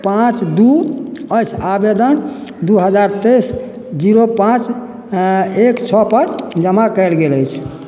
पाँच दू अछि आबेदन दू हजार तेइस जीरो पाँच एक छओ पर जमा कयल गेल अछि